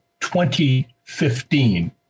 2015